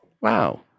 Wow